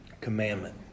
commandment